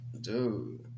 dude